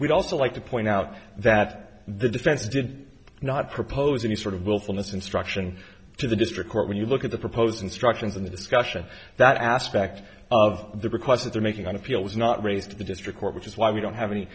we'd also like to point out that the defense did not propose any sort of willfulness instruction to the district court when you look at the proposed instructions in the discussion that aspect of the requests that they're making on appeal was not raised to the district court which is why we don't have any